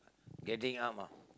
getting up ah